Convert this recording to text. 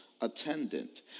attendant